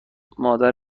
مادر